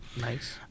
Nice